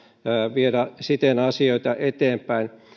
viedä siten asioita eteenpäin